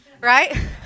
right